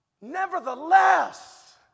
Nevertheless